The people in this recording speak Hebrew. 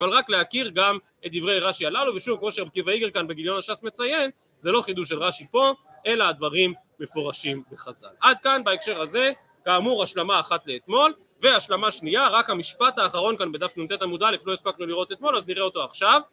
אבל רק להכיר גם את דברי רש"י הללו ושוב כמו שרבי עקיבא איגר כאן בגיליון הש"ס מציין זה לא חידוש של רש"י פה אלא הדברים מפורשים וחזק. עד כאן בהקשר הזה כאמור השלמה אחת לאתמול והשלמה שנייה רק המשפט האחרון כאן בדף נט עמוד א לא הספקנו לראות אתמול אז נראה אותו עכשיו